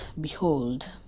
Behold